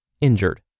injured